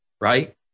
right